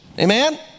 Amen